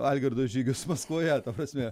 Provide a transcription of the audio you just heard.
algirdo žygius maskvoje ta prasme